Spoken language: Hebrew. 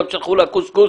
גם שלחו לה קוסקוס